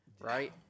right